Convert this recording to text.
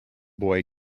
boy